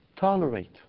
Tolerate